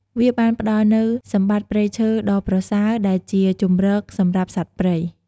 វាបានផ្តល់នូវសម្បត្តិព្រៃឈើដ៏ប្រសើរ ដែលជាជំរកសម្រាប់សត្វព្រៃ។